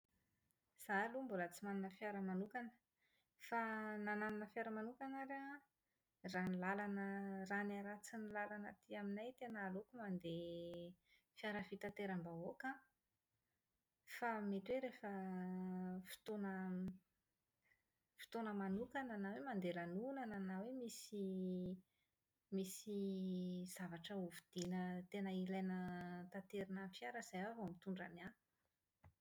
Izaho aloha mbola tsy manana fiara manokana. Fa na nanana fiara manokana ary aho an, raha ny lalana raha ny haratsin'ny lalana aty aminay tena aleoko mandeha fiara fitateram-bahoaka, a mety hoe rehefa fotoana fotoana manokana na hoe mandeha lanonana na hoe misy misy zavatra hovidiana tena ilaina taterina fiara izay aho vao mitondra ny ahy.